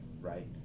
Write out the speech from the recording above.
right